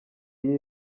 iyo